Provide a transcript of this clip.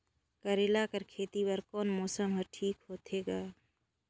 करेला कर खेती बर कोन मौसम हर ठीक होथे ग?